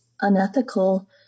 unethical